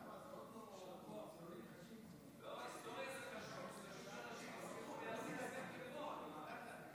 כבוד יו"ר הכנסת, כנסת נכבדה,